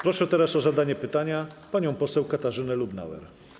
Proszę teraz o zadanie pytania panią poseł Katarzynę Lubnauer.